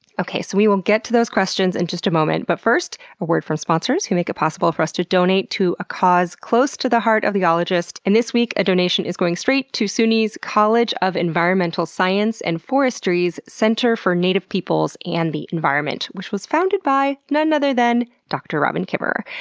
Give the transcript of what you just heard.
okay, so we will get to those questions in and just a moment, but first, a word from sponsors who make it possible for us to donate to a cause close to the heart of the ologist. and this week, a donation is going straight to suny college of environmental science and forestry's center for native peoples and the environment, which was founded by none other than dr. robin kimmerer.